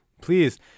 Please